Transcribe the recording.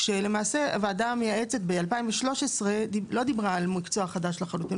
למעשה הוועדה המייעצת ב-2013 לא דיברה על מקצוע חדש לחלוטין,